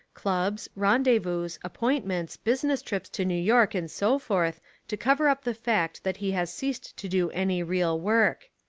clubs, rendez vous, appointments, business trips to new york and so forth to cover up the fact that he has ceased to do any real work.